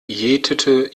jätete